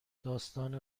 داستان